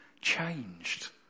Changed